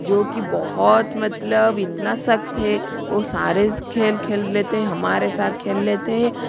जो कि बहुत मतलब इतना सक़्त हैं वो सारे खेल खेल लेते हें हमारे सात खेल लेते हैं